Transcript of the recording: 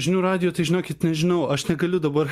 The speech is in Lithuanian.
žinių radijo tai žinokit nežinau aš negaliu dabar